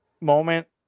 moment